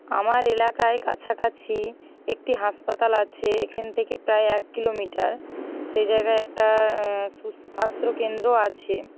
আমার এলাকায় কাছাকাছি একটি হাসপাতাল আছে এখান থেকে প্রায় এক কিলোমিটার সেই জায়গায় একটা স্বাস্থ্যকেন্দ্র আছে